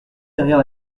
derrière